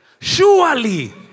Surely